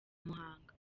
muhanga